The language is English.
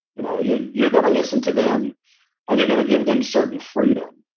you know, you're you're gonna listen to them and you're gonna give them certain freedom.